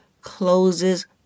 closes